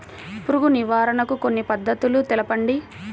పురుగు నివారణకు కొన్ని పద్ధతులు తెలుపండి?